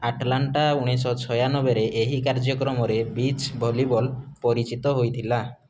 Atlanta ଉଣେଇଶ ଛୟାନବେରେ ଏହି କାର୍ଯ୍ୟକ୍ରମରେ ବିଚ୍ ଭଲିବଲ୍ ପରିଚିତ ହେଇଥିଲା